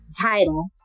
title